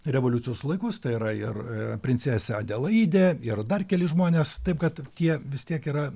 revoliucijos laikus tai yra ir princesė adelaidė ir dar keli žmonės taip kad tie vis tiek yra